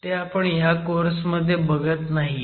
ते आपण ह्या कोर्स मध्ये बघत नाहीये